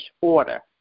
order